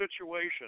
situation